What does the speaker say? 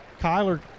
Kyler